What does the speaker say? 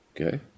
Okay